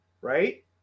right